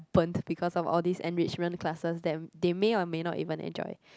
burnt because of all this enrichment classes then they may or may not even enjoy